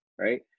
right